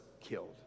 killed